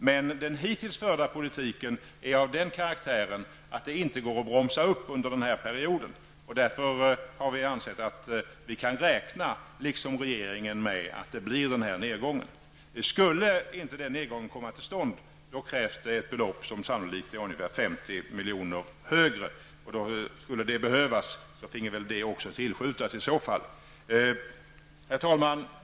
Men den hittills förda politiken är av den karaktären att det inte går att bromsa upp under den här perioden. Därför har vi ansett att vi kan, liksom regeringen, räkna med att det blir den här nedgången. Skulle den inte komma till stånd, krävs det ett belopp som sannolikt är ungefär 50 miljoner högre. Om det skulle behövas får det väl också tillskjutas i så fall. Herr talman!